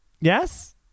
Yes